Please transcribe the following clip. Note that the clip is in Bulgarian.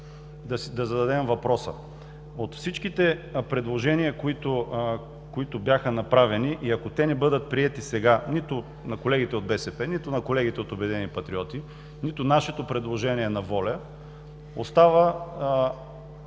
да зададем въпроса: от всичките предложения, които бяха направени, ако не бъдат приети сега – нито на колегите от БСП, нито на колегите от „Обединени патриоти“, нито предложението на „Воля“, остава